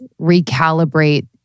recalibrate